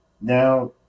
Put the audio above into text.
Now